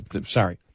sorry